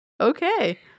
Okay